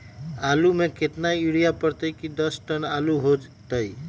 आलु म केतना यूरिया परतई की दस टन आलु होतई?